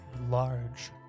large